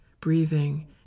breathing